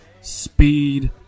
speed